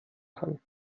kann